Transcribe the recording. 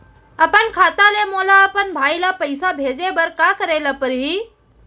अपन खाता ले मोला अपन भाई ल पइसा भेजे बर का करे ल परही?